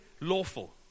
Lawful